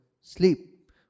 sleep